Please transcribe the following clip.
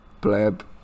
pleb